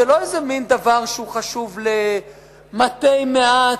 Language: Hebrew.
זה לא איזה מין דבר שהוא חשוב למתי מעט,